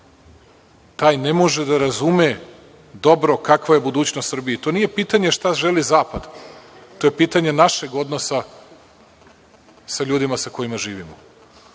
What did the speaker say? taj ne može da razume dobro kakva je budućnost Srbije. To nije pitanje šta želi zapad, to je pitanje našeg odnosa sa ljudima sa kojima živimo.